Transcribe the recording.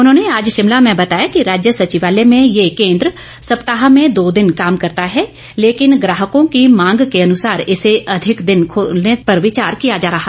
उन्होंने आज शिमला में बताया कि राज्य सचिवालय में ये केन्द्र सप्ताह में दो दिन काम करता है लेकिन ग्राहकों की मांग के अनुसार इसे अधिक दिन तक खोलने पर विचार किया जाएगा